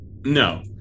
No